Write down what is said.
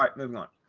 like moving on. ah,